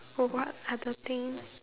so what other thing